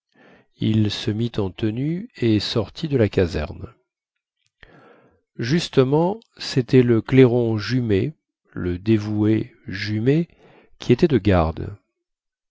il se mit en tenue et sortit de la caserne justement cétait le clairon jumet le dévoué jumet qui était de garde